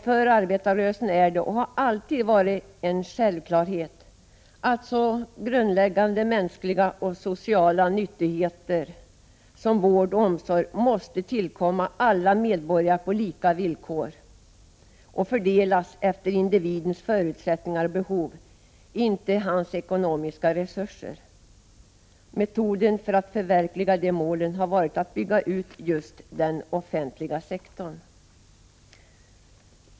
För arbetarrörelsen är det, och har alltid varit, en självklarhet att så grundläggande mänskliga och sociala nyttigheter som vård och omsorg måste tillkomma alla medborgare på lika villkor och fördelas efter individens förutsättningar och behov, inte efter hans ekonomiska resurser. Metoden för att förverkliga de målen har varit att bygga ut just den offentliga sektorn.